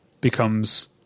becomes